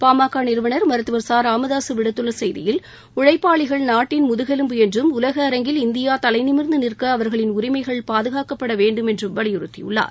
பாமக நிறுவனர் மருத்துவர் ச ராமதாசு விடுத்துள்ள செய்தியில் உழைப்பாளிகள் நாட்டின் முதுகெலும்பு என்றும் உலக அரங்கில் இந்தியா தலைநிமிர்ந்து நிற்க அவர்களின் உரிமைகள் பாதுகாக்கப்பட வேண்டும் என்று வலியுறுத்தியுள்ளார்